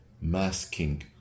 masking